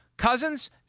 Cousins